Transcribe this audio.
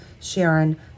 Sharon